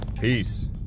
peace